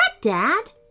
Dad